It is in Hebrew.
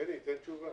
בני, תן תשובה.